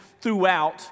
throughout